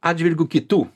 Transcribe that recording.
atžvilgiu kitų